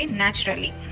naturally